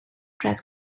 dress